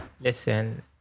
Listen